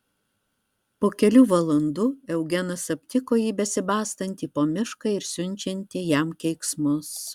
po kelių valandų eugenas aptiko jį besibastantį po mišką ir siunčiantį jam keiksmus